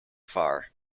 far